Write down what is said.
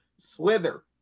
slither